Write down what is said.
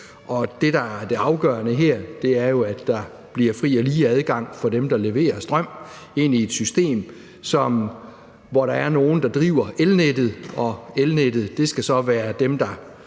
det afgørende her, er jo, at der bliver fri og lige adgang for dem, der leverer strøm ind i et system, hvor der er nogle, der driver elnettet, og det skal så være dem, der,